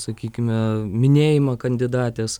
sakykime minėjimą kandidatės